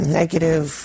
negative